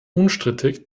unstrittig